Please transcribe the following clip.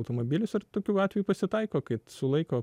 automobilius ar tokių atvejų pasitaiko kad sulaiko